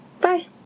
bye